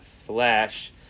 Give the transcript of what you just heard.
Flash